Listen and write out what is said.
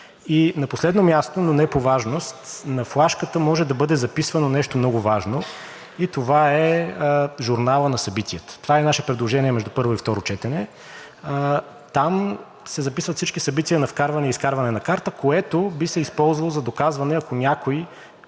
И на последно място, но не по важност, на флашката може да бъде записвано нещо много важно, и това е журналът на събитията. Това е наше предложение между първо и второ четене. Там се записват всички събития на вкарване и изкарване на карта, което би се използвало за доказване, ако някой,